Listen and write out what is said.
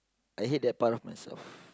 I hate that part of myself